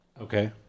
Okay